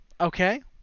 Okay